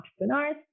entrepreneurs